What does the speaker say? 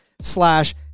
slash